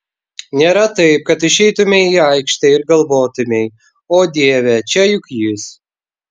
nėra taip kad išeitumei į aikštę ir galvotumei o dieve čia juk jis